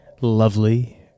lovely